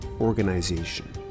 organization